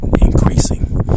increasing